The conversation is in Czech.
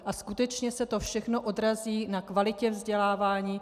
A skutečně se to všechno odrazí na kvalitě vzdělávání.